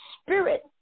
spirit